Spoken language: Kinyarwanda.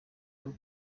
ryo